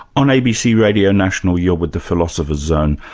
on abc radio national, you're with the philosopher's zone,